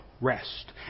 rest